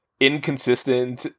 inconsistent